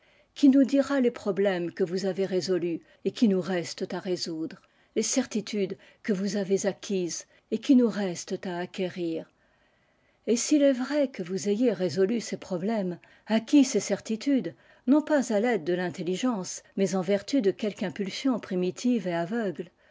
qui nous dira les problèmes que vous avez résolus et qui nous restent à résoudre les certitudes que vous avez acquises et qui nous restent à acquérir et s'il est vrai que vous ayez résolu ces problèmes acquis ces certitudes non pas à taide de rintelligence mais en vertu de quelque impulsion primitive et aveugle